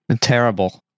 terrible